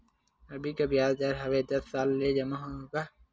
अभी का ब्याज दर हवे दस साल ले जमा मा?